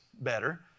better